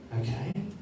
Okay